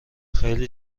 خیلی